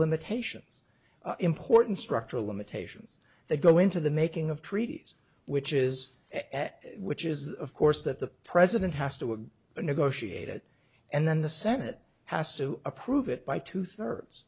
limitations important structural limitations that go into the making of treaties which is at which is of course that the president has to negotiate it and then the senate has to approve it by two